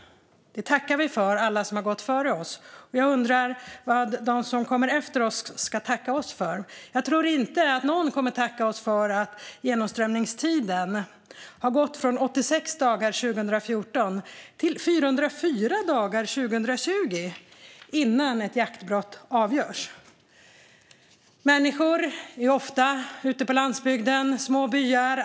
Det tackar vi alla som har gått före oss för. Jag undrar vad de som kommer efter oss ska tacka oss för. Jag tror inte att någon kommer att tacka oss för att genomströmningstiden har gått från 86 dagar 2014 till 404 dagar 2020 innan ett jaktbrott avgörs. Människor ute på landsbygden är ofta bosatta i små byar.